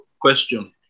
question